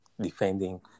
defending